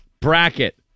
bracket